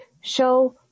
show